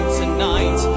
tonight